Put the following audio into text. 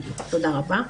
תודה רבה.